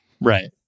right